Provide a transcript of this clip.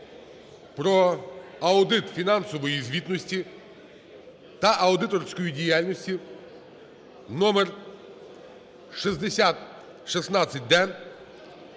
про аудит фінансової звітності та аудиторську діяльність (№ 6016-д)